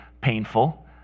painful